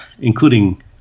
including